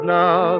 now